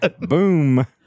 boom